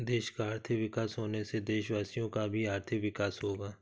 देश का आर्थिक विकास होने से देशवासियों का भी आर्थिक विकास होगा